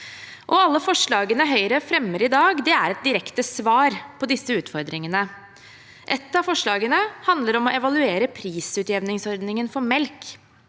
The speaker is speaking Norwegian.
Alle forslagene Høyre fremmer i dag, er et direkte svar på disse utfordringene. Et av forslagene handler om å evaluere prisutjevningsordningen for melk.